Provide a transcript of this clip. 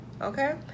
Okay